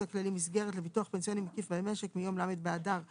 הכללי (מסגרת) לביטוח פנסיוני מקיף במשק מיום ל' באדר א'